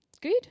good